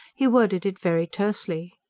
he worded it very tersely.